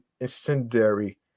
incendiary